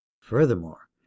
Furthermore